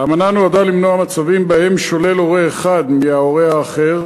האמנה נועדה למנוע מצבים שבהם שולל הורה אחד מההורה האחר,